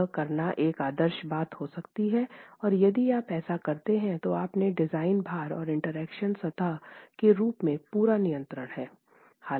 यह करना एक आदर्श बात हो सकती है और यदि आप ऐसा करते हैं तो अपने डिज़ाइन भार और इंटरेक्शन सतह के रूप में पूरा नियंत्रण हैं